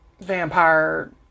vampire